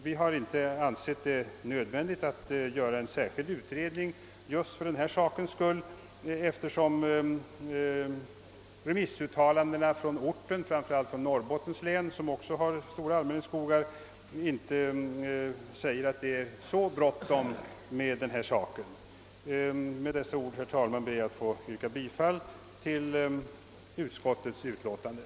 Vi har dock inte ansett en särskild utredning nödvändig just för den sakens skull, eftersom remissuttalanden från berörda orter — inte minst i Norrbottens län, där man också har stora allmänningsskogar — tyder på att det inte är så bråttom med detta. Jag ber, herr talman, att med dessa ord få yrka bifall till utskottets hemställan.